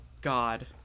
god